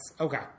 Okay